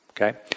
Okay